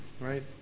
right